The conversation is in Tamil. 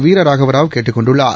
வீரராகவ ராவ் கேட்டுக் கொண்டுள்ளார்